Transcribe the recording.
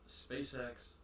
SpaceX